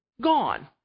gone